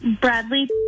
Bradley